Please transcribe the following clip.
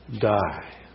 die